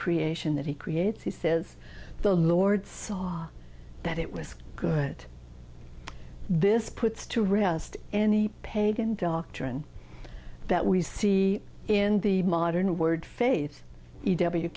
creation that he creates he says the lord saw that it was good this puts to rest any pagan doctrine that we see in the modern word fa